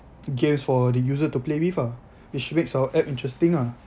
games for the user to play with ah which makes our app interesting ah